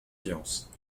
viance